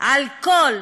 על כל,